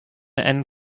end